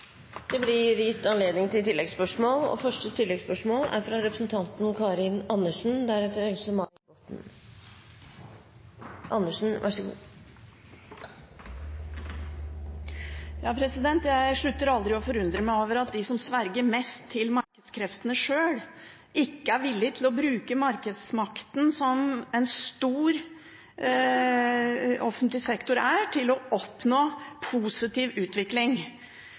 til når vi er klar med en sak til Stortinget. Det blir gitt anledning til oppfølgingsspørsmål – først Karin Andersen. Jeg slutter aldri å forundre meg over at de som sverger mest til markedskreftene sjøl, ikke er villig til å bruke markedsmakten som en stor offentlig sektor er til å oppnå positiv utvikling.